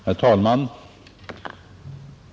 Herr talman!